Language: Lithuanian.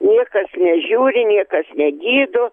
niekas nežiūri niekas negydo